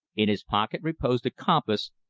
in his pocket reposed a compass,